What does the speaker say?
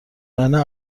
وگرنه